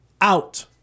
out